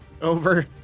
over